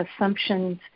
assumptions